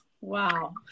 Wow